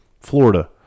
Florida